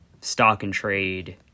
stock-and-trade